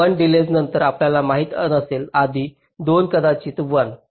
1 delays नंतर आपल्याला माहित नसेल आधी दोन्ही कदाचित 1